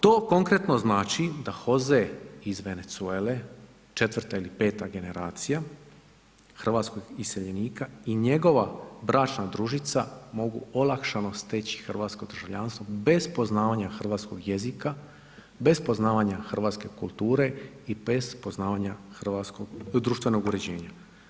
To konkretno znači da Hoze iz Venezuele 4 ili 5 generacija hrvatskog iseljenika i njegova bračna družica mogu olakšano steći hrvatsko državljanstvo bez poznavanja hrvatskog jezika, bez poznavanja hrvatske kulture i bez poznavanja hrvatskog društvenog uređenja.